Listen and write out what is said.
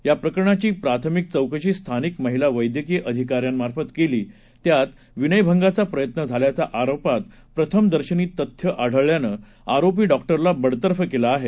याप्रकरणाची प्राथमिक चौकशी स्थानिक महिला वस्कीय अधिकाऱ्यांमार्फत केली त्यात विनयभंगाचा प्रयत्न झाल्याच्या आरोपात प्रथमदर्शनी तथ्य आढळल्यानं आरोपी डॉक्टरला बडतर्फ केलं आहे